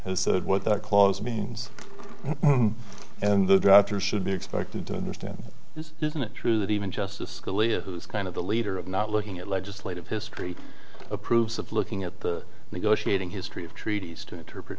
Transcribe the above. said what that clause means and the drafters should be expected to understand this isn't it true that even justice scalia who's kind of the leader of not looking at legislative history approves of looking at the negotiating history of treaties to interpret